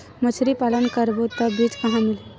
मछरी पालन करबो त बीज कहां मिलही?